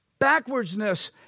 backwardsness